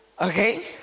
Okay